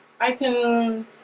iTunes